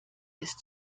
ist